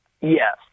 Yes